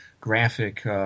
graphic